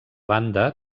banda